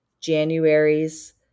January's